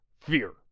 fear